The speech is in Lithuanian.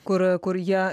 kur kur jie